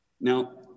Now